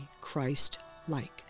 Christ-like